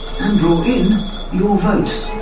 and draw in your votes?